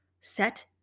Set